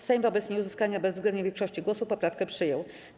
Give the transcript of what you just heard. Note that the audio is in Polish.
Sejm wobec nieuzyskania bezwzględnej większości głosów poprawkę przyjął.